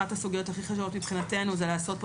אחת הסוגיות הכי חשובות מבחינתנו זה לעשות פה